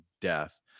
death